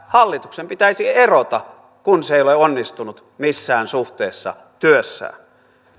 hallituksen pitäisi erota kun se ei ole onnistunut missään suhteessa työssään